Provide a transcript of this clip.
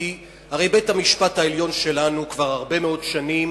כי הרי בית-המשפט העליון שלנו כבר הרבה מאוד שנים